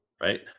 right